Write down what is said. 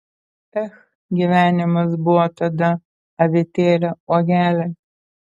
ech gyvenimas buvo tada avietėle uogele